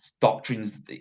doctrines